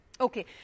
Okay